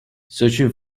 searching